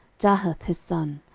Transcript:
jahath his son,